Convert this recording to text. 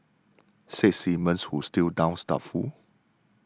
says Simmons who still sounds doubtful